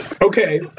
Okay